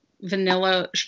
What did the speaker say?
vanilla